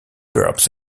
perhaps